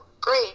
great